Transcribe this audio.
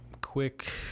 quick